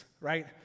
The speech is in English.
right